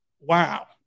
wow